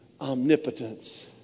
Omnipotence